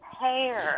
hair